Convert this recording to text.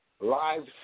Live